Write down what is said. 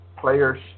players